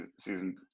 season